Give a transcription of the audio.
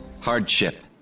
Hardship